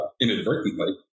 inadvertently